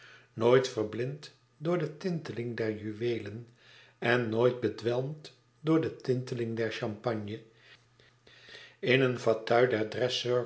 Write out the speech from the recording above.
nooit verblind door de tinteling der juweelen en nooit bedwelmd door de tinteling der champagne in een